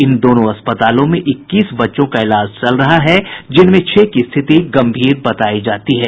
इन दोनों अस्पतालों में इक्कीस बच्चों का इलाज चल रहा है जिसमें छह की स्थिति गंभीर बतायी जाती है